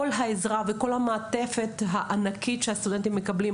העזרה וכל המעטפת הענקית שהסטודנטים מקבלים.